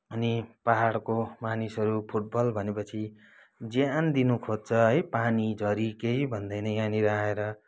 अनि पाहाडको मानिसहरू फुटबल भने पछि ज्यान दिनुखोज्छ है पानी झरी केही भन्दैन यहाँनिर आएर